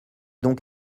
donc